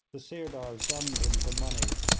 the sirdars dunned him for money,